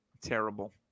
Terrible